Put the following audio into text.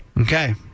Okay